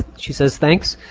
she says thanks.